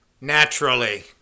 Naturally